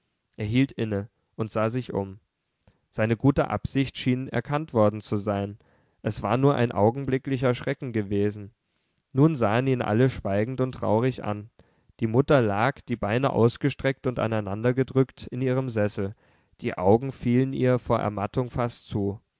hielt inne und sah sich um seine gute absicht schien erkannt worden zu sein es war nur ein augenblicklicher schrecken gewesen nun sahen ihn alle schweigend und traurig an die mutter lag die beine ausgestreckt und aneinandergedrückt in ihrem sessel die augen fielen ihr vor ermattung fast zu